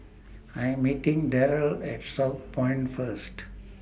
I Am meeting Darell At Southpoint First